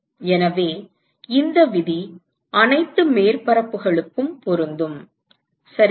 எனவே இந்த விதி அனைத்து மேற்பரப்புகளுக்கும் பொருந்தும் சரியா